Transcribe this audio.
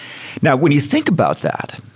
now when you think about that,